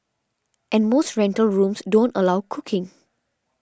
and most rental rooms don't allow cooking